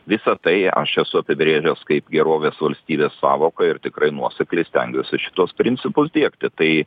visa tai aš esu apibrėžęs kaip gerovės valstybės sąvoką ir tikrai nuosekliai stengiuosi šituos principus diegti tai